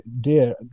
dear